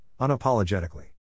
unapologetically